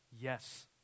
yes